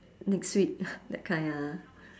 next week that kind ah